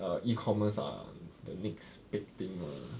the E commerce are the next big thing lah